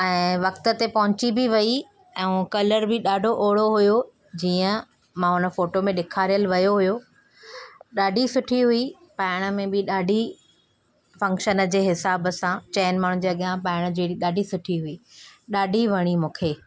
ऐं वक़्त ते पहुची बि वई ऐं कलर बि ॾाढो ओड़ो हुयो जीअं मां हुन फोटो में ॾेखारियल वियो हुयो ॾाढी सुठी हुई पाइण में बि ॾाढी फंक्शन जे हिसाब सां चइनि माण्हुनि जे अॻ्यां पाइणु जहिड़ी ॾाढी सुठी हुई ॾाढी वणी मूंखे